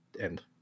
End